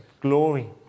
Glory